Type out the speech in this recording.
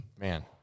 Man